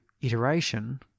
iteration